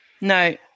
no